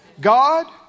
God